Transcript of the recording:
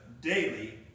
daily